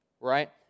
right